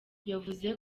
yavuze